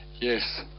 Yes